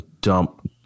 dump